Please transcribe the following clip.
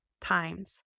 times